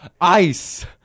ice